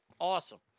Awesome